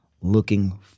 looking